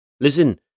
Listen